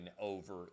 over